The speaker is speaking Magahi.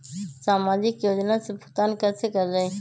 सामाजिक योजना से भुगतान कैसे कयल जाई?